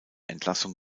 entlassung